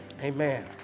Amen